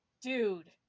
Dude